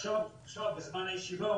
עכשיו בזמן הישיבה,